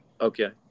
okay